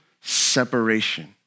separation